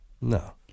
No